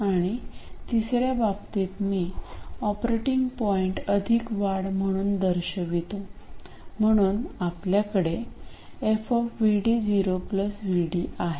आणि तिसर्या बाबतीत मी ऑपरेटिंग पॉईंट अधिक वाढ म्हणून दर्शवितो म्हणून माझ्याकडे fVD0 vD आहे